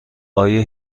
آیا